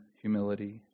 humility